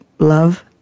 Love